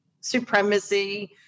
supremacy